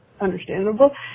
understandable